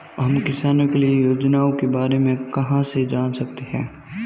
हम किसानों के लिए योजनाओं के बारे में कहाँ से जान सकते हैं?